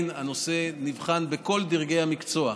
הנושא עדיין נבחן בכל דרגי המקצוע.